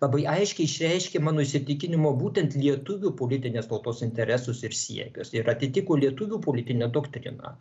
labai aiškiai išreiškė mano įsitikinimu būtent lietuvių politinės tautos interesus ir siekius ir atitiko lietuvių politinę doktriną